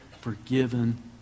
forgiven